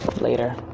later